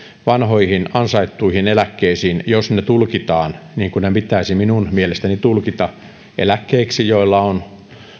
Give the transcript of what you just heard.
vanhoihin ansaittuihin eläkkeisiin jos ne ne tulkitaan niin kuin ne pitäisi minun mielestäni tulkita eläkkeiksi joilla on